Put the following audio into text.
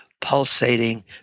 pulsating